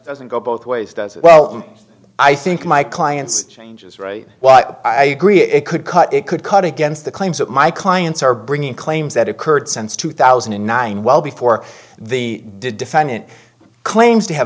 doesn't go both ways does it well i think my clients changes while i agree it could cut it could cut against the claims that my clients are bringing claims that occurred since two thousand and nine well before the defendant claims to have